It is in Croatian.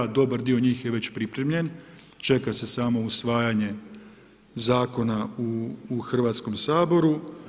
Dobar dio njih je već pripremljen, čeka se samo usvajanje zakona u Hrvatskom saboru.